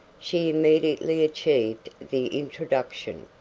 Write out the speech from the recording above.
she immediately achieved the introduction,